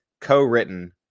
co-written